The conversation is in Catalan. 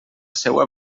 seua